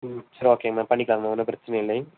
ம் சரி okay ma'am பண்ணிக்கலாம் மேம் ஒன்றும் பிரச்சனை இல்லை